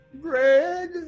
Greg